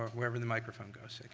wherever the microphone goes.